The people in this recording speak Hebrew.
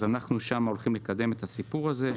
שם אנחנו הולכים לקדם את הסיפור הזה.